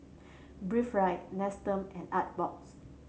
Breathe Right Nestum and Artbox